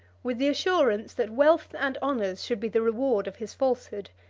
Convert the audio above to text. with the assurance that wealth and honors should be the reward of his falsehood,